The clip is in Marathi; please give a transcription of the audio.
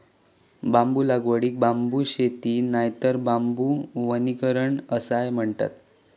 बांबू लागवडीक बांबू शेती नायतर बांबू वनीकरण असाय म्हणतत